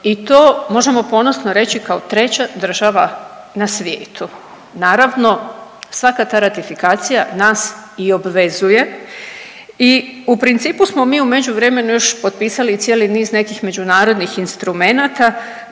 i to možemo ponosno reći kao treća država na svijetu. Naravno svaka ta ratifikacija nas i obvezuje i u principu smo mi u međuvremenu još potpisali i cijeli niz nekih međunarodnih instrumenata